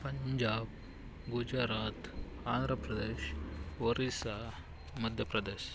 Punjab Gujarat Andhra Pradesh Orissa Madhya Pradesh